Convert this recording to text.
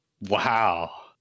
Wow